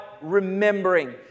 remembering